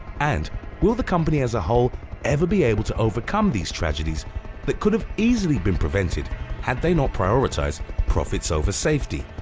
and will the company as a whole ever be able to overcome these tragedies that could have easily been prevented had they not prioritized profits over safety?